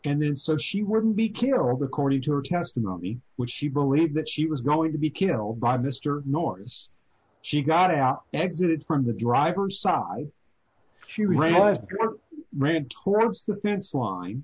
and then so she wouldn't be killed according to her testimony which she believed that she was going to be killed by mr norris she got out exited from the driver's side she ran ran towards the fence line